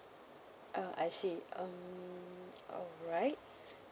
oh I see um alright